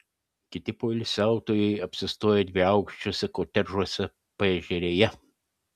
kiti poilsiautojai apsistoję dviaukščiuose kotedžuose paežerėje